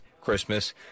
Christmas